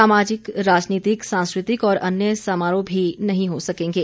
सामाजिक राजनीतिक सांस्कृतिक और अन्य समारोह भी नहीं हो सकेंगे